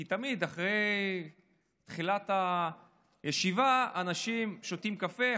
כי תמיד אחרי הישיבה אנשים שותים קפה,